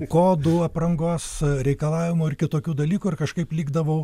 kodų aprangos reikalavimų ar kitokių dalykų ir kažkaip likdavau